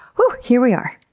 whew! here we are.